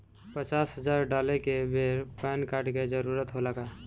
पचास हजार डाले के बेर पैन कार्ड के जरूरत होला का?